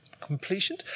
completion